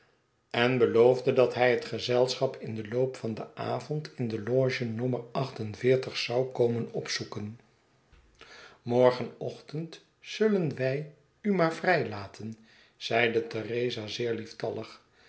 en beloofde dat hij het gezelschap in den loop van den avond in de loge nommer zou komen opzoeken morgenochtend zullen wij u maar vrijlaten zeide theresa zeer lieftallig